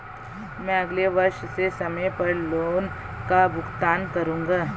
मैं अगले वर्ष से समय पर लोन का भुगतान करूंगा